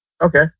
Okay